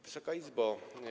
Wysoka Izbo!